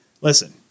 Listen